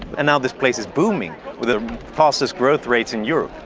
and now this place is booming with the fastest growth rates in europe.